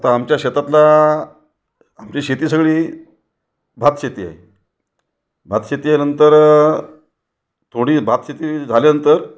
आता आमच्या शेतातला आमची शेती सगळी भात शेती आहे भात शेती आहे नंतर थोडी भात शेती झाल्यानंतर